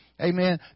Amen